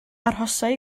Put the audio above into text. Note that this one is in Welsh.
arhosai